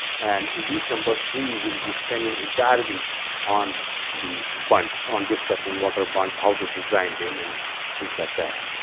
and week number three we will be spending entire week on the bunds, on discussing water bunds, how to design them and things like that.